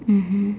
mmhmm